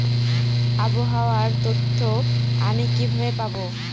আবহাওয়ার তথ্য আমি কিভাবে পাবো?